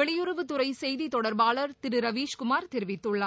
வெளியுறவுத்துறை செய்தி தொடர்பாளர் திரு ரவீஸ் குமார் தெரிவித்துள்ளார்